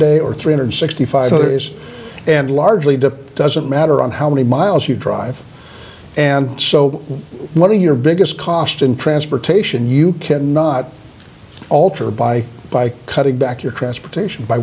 day or three hundred sixty five dollars and largely dip doesn't matter on how many miles you drive and so what are your biggest cost in transportation you cannot alter by by cutting back your transportation by